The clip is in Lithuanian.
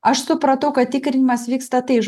aš supratau kad tikrinimas vyksta tai